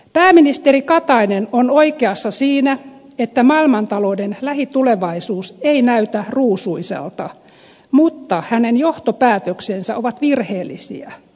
pääministeri katainen on oikeassa siinä että maailmantalouden lähitulevaisuus ei näytä ruusuiselta mutta hänen johtopäätöksensä ovat virheellisiä